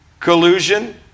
Collusion